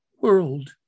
world